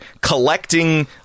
collecting